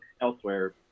elsewhere